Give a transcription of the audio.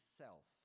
self